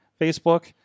Facebook